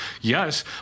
Yes